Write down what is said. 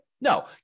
No